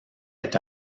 est